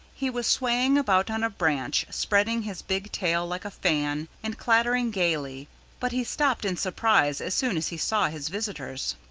he was swaying about on a branch, spreading his big tail like a fan, and clattering gaily but he stopped in surprise as soon as he saw his visitors.